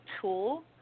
tool